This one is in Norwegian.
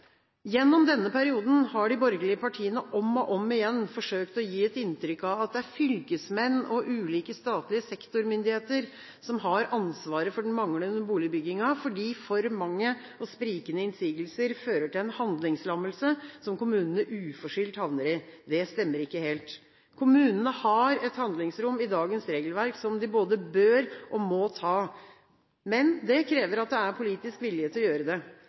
Gjennom denne perioden har de borgerlige partiene om og om igjen forsøkt å gi et inntrykk av at det er fylkesmennene og ulike statlige sektormyndigheter som har ansvaret for den manglende boligbyggingen, fordi for mange og sprikende innsigelser fører til en handlingslammelse som kommunene uforskyldt havner i. Det stemmer ikke helt. Kommunene har et handlingsrom i dagens regelverk som de både bør og må ta, men det krever at det er politisk vilje til å gjøre det.